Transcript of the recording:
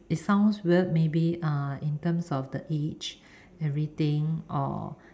it sounds weird maybe uh in terms of the age everything or